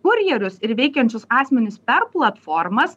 kurjerius ir veikiančius asmenis per platformas